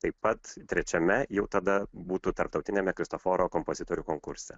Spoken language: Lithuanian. taip pat trečiame jau tada būtų tarptautiniame kristoforo kompozitorių konkurse